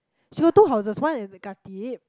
she got two houses one in the Khatib